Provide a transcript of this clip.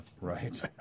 Right